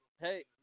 Hey